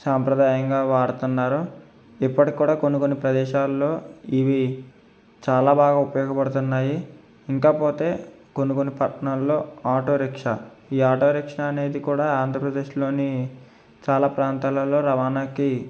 సాంప్రదాయంగా వాడుతున్నారు ఇప్పటికి కూడా కొన్ని కొన్ని ప్రదేశాల్లో ఇవి చాలా బాగా ఉపయోగపడుతున్నాయి ఇంకా పోతే కొన్ని కొన్ని పట్టణాల్లో ఆటో రిక్షా ఈ ఆటో రిక్షా అనేది కూడా ఆంధ్రప్రదేశ్లోని చాలా ప్రాంతాలలో రవాణాకి